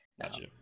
Gotcha